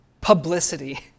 publicity